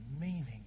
meaning